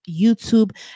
YouTube